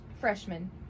freshman